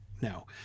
no